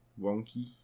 wonky